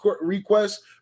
request